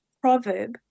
proverb